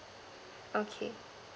okay